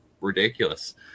ridiculous